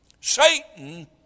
Satan